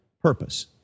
purpose